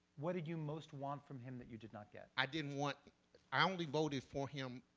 what did you most want from him that you did not get? i didn't want i only voted for him,